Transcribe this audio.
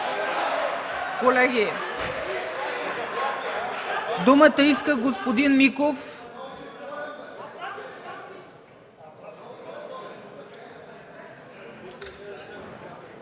думата иска господин Миков.